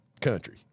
Country